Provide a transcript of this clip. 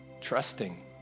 trusting